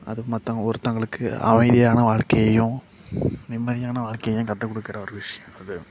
அது மற்றவங்க ஒருத்தவங்களுக்கு அமைதியான வாழ்க்கையையும் நிம்மதியான வாழ்க்கையையும் கத்துக்கொடுக்கற ஒரு விஷயம் அது